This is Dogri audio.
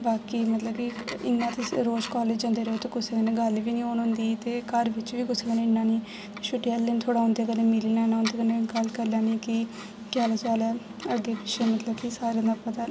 बाकी मतलब कि इन्ना तुस रोज कालेज जन्दे रेह् ते कुसै कन्नै गल्ल बी नि होन होंदी ते घर बिच्च बी कुसै कन्नै इन्ना नि छुट्टी आह्ले दिन थोह्ड़ा उन्दे कन्नै मिली लैना उं'दे कन्नै गल्ल करी लैनी कि केह् हाल चाल ऐ अग्गें पिच्छें मतलब सारे कि कन्नै